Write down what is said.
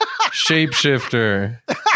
shapeshifter